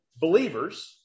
believers